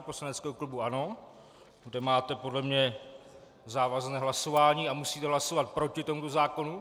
poslaneckého klubu ANO, kde máte podle mě závazné hlasování a musíte hlasovat proti tomuto zákonu.